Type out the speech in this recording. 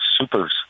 supers